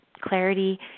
clarity